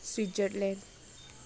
Switzerland